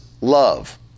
love